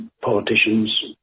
politicians